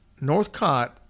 Northcott